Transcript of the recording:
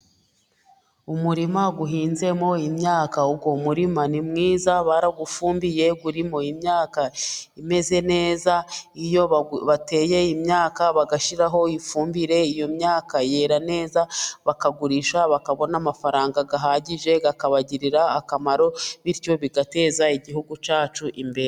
Umurima uhinzemo imyaka, uwo murima ni mwiza barawufumbiye urimo imyaka imeze neza, iyo bateye imyaka bagashyiraho ifumbire iyo myaka yera neza, bakagurisha bakabona amafaranga ahagije, akabagirira akamaro bityo bigateza igihugu cyacu imbere.